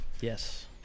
Yes